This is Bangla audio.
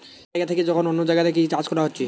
এক জাগা থিকে যখন অন্য জাগাতে কি চাষ কোরা হচ্ছে